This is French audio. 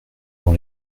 dans